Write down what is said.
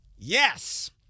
Yes